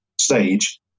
stage